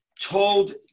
told